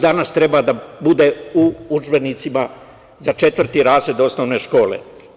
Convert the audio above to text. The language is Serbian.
Danas treba da bude u udžbenicima za četvrti razred osnovne škole.